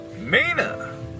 Mina